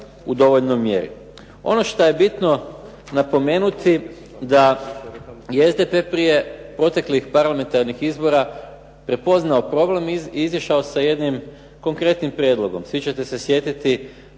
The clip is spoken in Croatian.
u dovoljnoj mjeri. Ono šta je bitno napomenuti da je SDP prije proteklih parlamentarnih izbora prepoznao problem i izašao sa jednim konkretnim prijedlogom. Svi ćete se sjetiti,